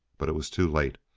but it was too late.